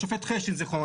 השופט חשין ז"ל,